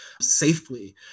safely